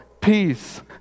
peace